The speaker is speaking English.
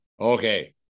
okay